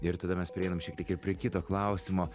ir tada mes prieinam šiek tiek ir prie kito klausimo